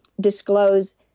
disclose